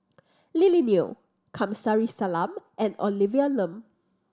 Lily Neo Kamsari Salam and Olivia Lum